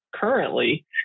Currently